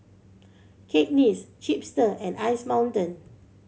Cakenis Chipster and Ice Mountain